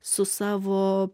su savo